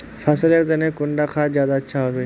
फसल लेर तने कुंडा खाद ज्यादा अच्छा सोबे?